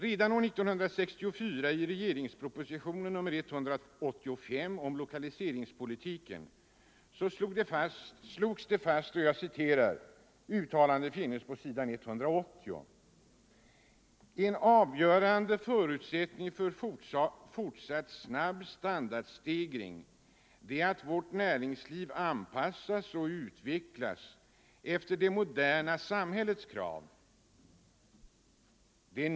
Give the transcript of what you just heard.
Redan år 1964 slogs det fast på s. 180 i regeringspropositionen nr 185 om lokaliseringspolitiken: ”En avgörande förutsättning för fortsatt snabb standardstegring är att 119 vårt näringsliv anpassas och utvecklas efter det moderna samhällets krav.